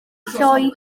lloi